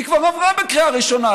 היא כבר עברה בקריאה ראשונה.